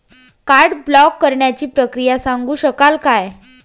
Card block करण्याची प्रक्रिया सांगू शकाल काय?